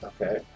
Okay